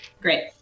Great